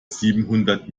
siebenhundert